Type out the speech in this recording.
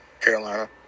Carolina